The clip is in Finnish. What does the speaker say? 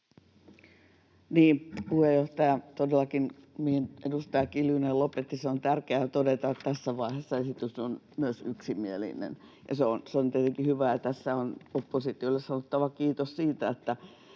mihin edustaja Kiljunen lopetti, on tärkeää todeta tässä vaiheessa: esitys on myös yksimielinen. Se on tietenkin hyvä, ja tässä on oppositiolle sanottava kiitos siitä,